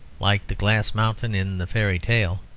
like the glass mountain in the fairy-tale,